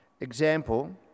example